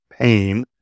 pain